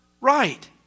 right